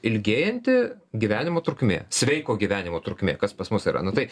ilgėjanti gyvenimo trukmė sveiko gyvenimo trukmė kas pas mus yra nu tai